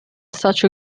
such